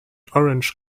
orange